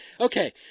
Okay